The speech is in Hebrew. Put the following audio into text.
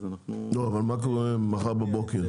לא, אבל מה קורה מחר בבוקר?